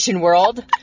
world